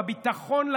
בביטחון,